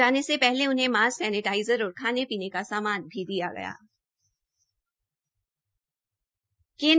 जाने से पहले उन्हें मास्क सैनेटाज़र और खानेपीने का सामान भी उपलब्ध करवाया गया